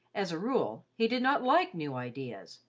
as a rule, he did not like new ideas,